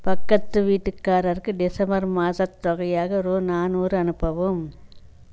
பக்கத்து வீட்டுக்காரருக்கு டிசம்பர் மாதத் தொகையாக ரூபா நானூறு அனுப்பவும்